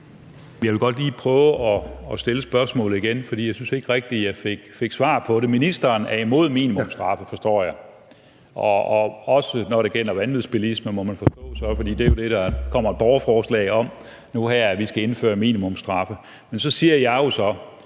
Jeg vil godt lige prøve at stille spørgsmålet igen, for jeg synes ikke rigtig, jeg fik svar på det. Ministeren er imod minimumsstraffe, forstår jeg, også når det gælder vanvidsbilisme, må man så forstå. Det er jo det, det kommer et borgerforslag om nu her, altså at vi skal indføre minimumsstraffe for det. Men så spørger jeg jo så: